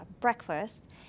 breakfast